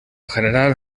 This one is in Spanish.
general